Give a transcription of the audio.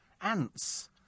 ants